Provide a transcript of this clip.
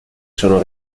sono